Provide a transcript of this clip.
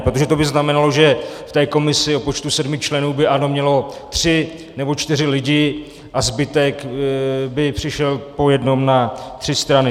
Protože to by znamenalo, že v té komisi o počtu sedmi členů by ANO mělo tři nebo čtyři lidi a zbytek by přišel po jednom na tři strany.